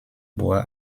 bois